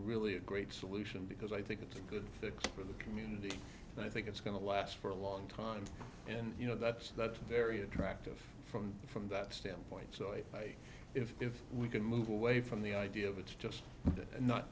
really a great solution because i think it's a good thing for the community and i think it's going to last for a long time and you know that's that's a very attractive from from that standpoint so i like if we can move away from the idea of it's just not